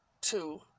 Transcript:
two